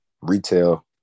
retail